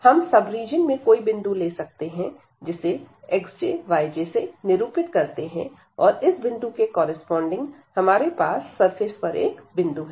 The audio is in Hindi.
हम सब रीजन में कोई बिंदु ले सकते हैं जिसे xj yj से निरूपित करते हैं और इस बिंदु के कॉरस्पॉडिंग हमारे पास सरफेस पर एक बिंदु हैं